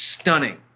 stunning